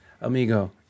amigo